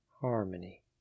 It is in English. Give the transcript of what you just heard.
harmony